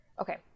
okay